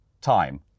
Time